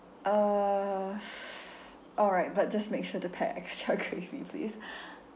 uh alright but just make sure to pack extra gravy please